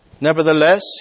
Nevertheless